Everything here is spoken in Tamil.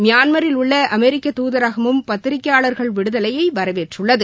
மியான்மரில் உள்ளஅமெரிக்க துதரகமும் பத்திரிகையாளர்கள் விடுதலையைவரவேற்றுள்ளது